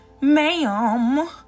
ma'am